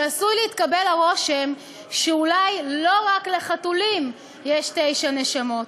שעשוי להתקבל הרושם שאולי לא רק לחתולים יש תשע נשמות.